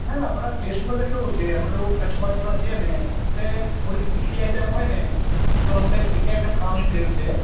ના એટલે અમારા ટેસ્ટમાં તો કેવું છે અમે લોકો કચ્છ બાજુનાં છીએ ને એટલે થોડીક તીખી આઈટમ હોય ને તો અમને તીખી આઈટમ ખાવાની ટેવ છે